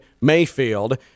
Mayfield